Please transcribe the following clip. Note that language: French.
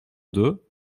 deux